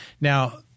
Now